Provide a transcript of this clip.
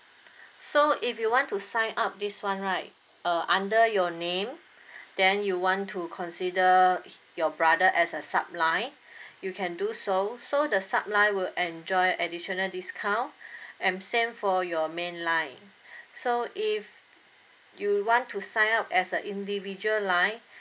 so if you want to sign up this one right uh under your name then you want to consider your brother as a sub line you can do so so the sub line will enjoy additional discount and same for your main line so if you want to sign up as a individual line